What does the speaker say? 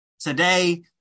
Today